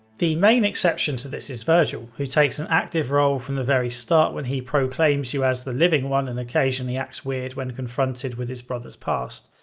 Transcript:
the main exception to this is virgil, who takes an active role from the very start when he proclaims you as the living one and occasionally acts weird when confronted with his brother's past.